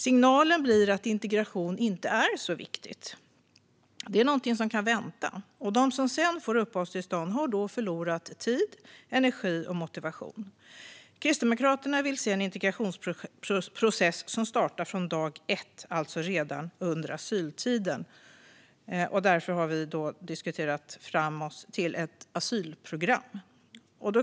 Signalen blir att integration inte är så viktigt, att det kan vänta. De som senare får uppehållstillstånd har då förlorat tid, energi och motivation. Kristdemokraterna vill se en integrationsprocess som startar från dag ett, alltså redan under asyltiden. Därför har vi diskuterat oss fram till ett asylprogram.